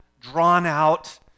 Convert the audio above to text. drawn-out